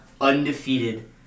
undefeated